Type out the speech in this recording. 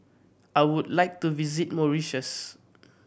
I would like to visit Mauritius